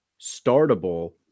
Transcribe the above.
startable